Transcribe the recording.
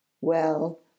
Well